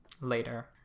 later